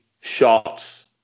shots